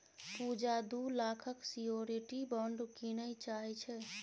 पुजा दु लाखक security bond कीनय चाहै छै